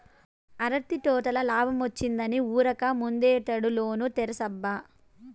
అరటి తోటల లాబ్మొచ్చిందని ఉరక్క ముందటేడు లోను తీర్సబ్బా